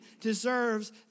deserves